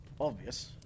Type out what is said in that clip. obvious